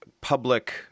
public